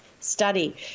study